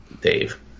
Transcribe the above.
Dave